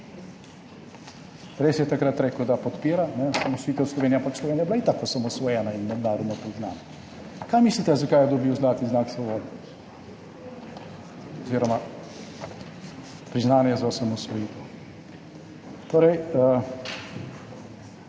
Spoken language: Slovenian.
Res je takrat rekel, da podpira osamosvojitev Slovenije, ampak Slovenija je bila itak osamosvojena in mednarodno priznana. Kaj mislite, zakaj je dobil zlati znak svobode oziroma priznanje za osamosvojitev? Torej,